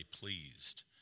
pleased